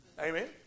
Amen